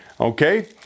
Okay